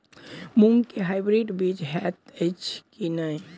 मूँग केँ हाइब्रिड बीज हएत अछि की नै?